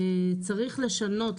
צריך לשנות,